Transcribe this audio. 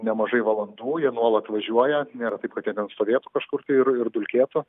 nemažai valandų jie nuolat važiuoja nėra taip kad jie ten stovėtų kažkur tai ir ir dulkėtų